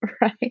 right